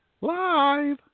Live